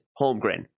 Holmgren